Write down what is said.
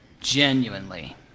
genuinely